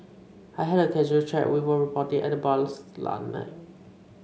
I had a casual chat with a reporter at the bar last night